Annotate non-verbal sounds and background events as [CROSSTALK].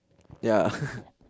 ya [LAUGHS]